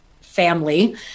family